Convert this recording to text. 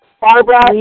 Barbara